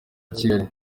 kigali